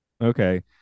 Okay